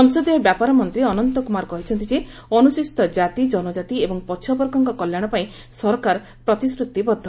ସଂସଦୀୟ ବ୍ୟାପାର ମନ୍ତ୍ରୀ ଅନନ୍ତ କୁମାର କହିଛନ୍ତି ଯେ ଅନୁସୂଚିତ କାତି ଜନକାତି ଏବଂ ପଛ୍ରଆବର୍ଗଙ୍କ କଲ୍ୟାଣ ପାଇଁ ସରକାର ପ୍ରତିଶ୍ରତିବଦ୍ଧ